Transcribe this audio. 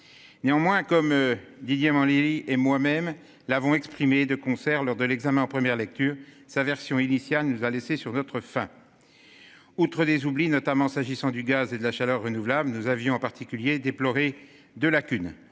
Néanmoins, comme Didier Montlhéry et moi-même l'avons exprimée de concert lors de l'examen en première lecture sa version initiale nous a laissés sur notre faim. Outre les oublis, notamment s'agissant du gaz et de la chaleur renouvelable, nous avions en particulier déploré de lacunes.